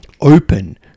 open